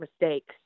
mistakes